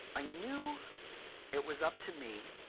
i knew it was up to me,